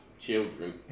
children